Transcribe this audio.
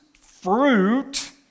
fruit